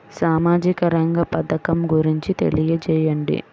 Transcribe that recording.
సామాజిక రంగ పథకం గురించి తెలియచేయండి?